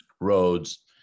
roads